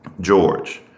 George